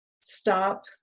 stop